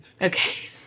Okay